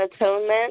atonement